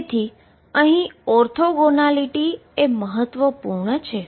તેથીઅહીં orthogonality મહત્વપૂર્ણ છે